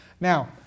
Now